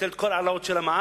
ולבטל את כל ההעלאות של המע"מ.